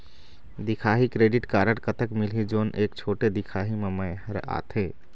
दिखाही credit card कतक मिलही जोन एक छोटे दिखाही म मैं हर आथे?